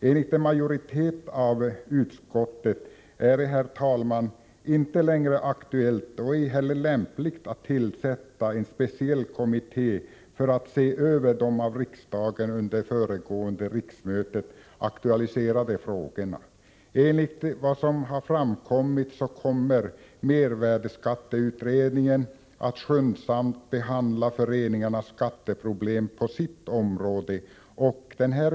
Enligt en majoritet inom utskottet är det, herr talman, inte längre aktuellt och ej heller lämpligt att tillsätta en speciell kommitté för att se över de av riksdagen under det föregående riksmötet aktualiserade frågorna. Enligt vad som har framkommit kommer mervärdeskatteutredningen att skyndsamt behandla föreningarnas skatteproblem på sitt område.